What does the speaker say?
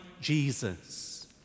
Jesus